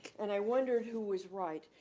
and i wondered who was right,